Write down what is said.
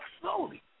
slowly